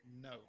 No